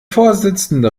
vorsitzende